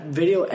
video